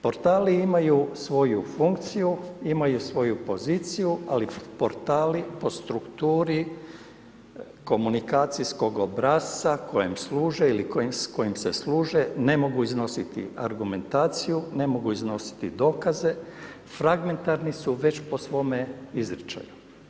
Portali imaju svoj funkciju, imaju svoju poziciju, ali portali po strukturi komunikacijskog obrasca kojem služe ili kojim se služe, ne mogu iznositi argumentaciju, ne mogu iznositi dokaze, fragmentarni su već po svome izričaju.